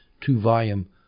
two-volume